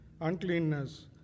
uncleanness